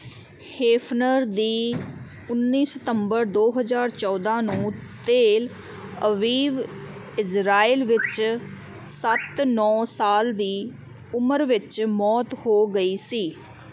Hefner ਦੀ ਉੱਨੀ ਸਤੰਬਰ ਦੋ ਹਜ਼ਾਰ ਚੌਦਾਂ ਨੂੰ ਤੇਲ ਅਵੀਵ ਇਜ਼ਰਾਈਲ ਵਿੱਚ ਸੱਤ ਨੌਂ ਸਾਲ ਦੀ ਉਮਰ ਵਿੱਚ ਮੌਤ ਹੋ ਗਈ ਸੀ